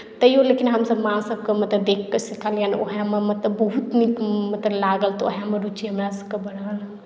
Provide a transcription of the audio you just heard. तैयो लेकिन हमसभ माँ सभके मतलब देखि कऽ सिखलियनि उएहमे मतलब बहुत नीक मतलब लागल तऽ उएहमे रुचि हमरासभकेँ बढ़ल